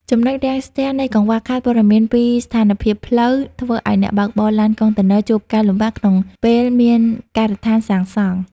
ចំណុចរាំងស្ទះនៃ "កង្វះខាតព័ត៌មានពីស្ថានភាពផ្លូវ" ធ្វើឱ្យអ្នកបើកបរឡានកុងតឺន័រជួបការលំបាកក្នុងពេលមានការដ្ឋានសាងសង់។